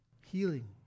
healing